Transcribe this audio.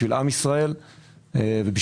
בשביל עם ישראל ובשביל